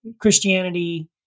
Christianity